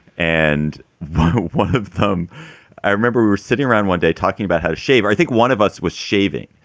and one of them i remember we were sitting around one day talking about how shave. i think one of us was shaving.